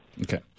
Okay